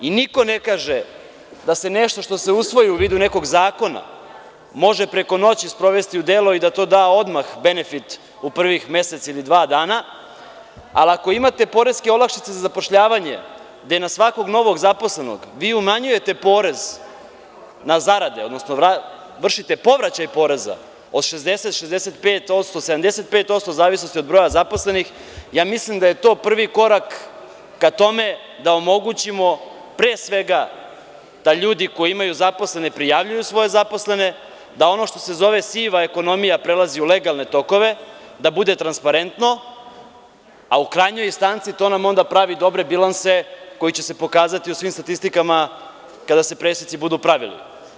I niko ne kaže, da se nešto što se usvoji u vidu nekog zakona, može preko noći sprovesti u delo i da to da odmah benefit u prvih mesec ili dva dana, ali ako imate poreske olakšice za zapošljavanje, gde na svakog novog zaposlenog vi umanjujete porez na zarade, odnosno vršite povraćaj poreza od 60%, 65%, 75%, u zavisnosti od broja zaposlenih, ja mislim da je to prvi korak ka tome da omogućimo pre svega da ljudi koji imaju zaposlene prijavljuju svoje zaposlene, da ono što se zove siva ekonomija prelazi u legalne tokove, da bude transparentno, a u krajnjoj instanci to nam onda pravi dobre bilanse koji će se pokazati u svim statistikama kada se preseci budu pravili.